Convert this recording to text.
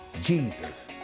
Jesus